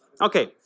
okay